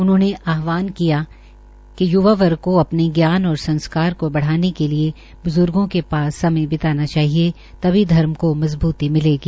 उन्होंने आहवान किया कि वे य्वा वर्ग को अपने जान और संस्कार को बढ़ाने के लिये ब्ज़र्गो के पास समय बिताना चाहिए तभी धर्म को मजबूती मिलेगी